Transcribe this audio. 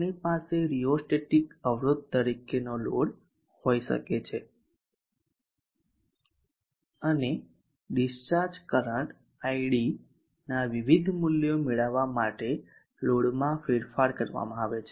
આપણી પાસે રેઓસ્ટેટિક અવરોધ તરીકેનો લોડ હોઈ શકે છે અને ડિસ્ચાર્જ કરંટ id ના વિવિધ મૂલ્યો મેળવવા માટે લોડમાં ફેરફાર કરવામાં આવે છે